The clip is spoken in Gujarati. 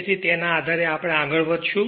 તેથી તેના આધારે આપણે આગળ વધશું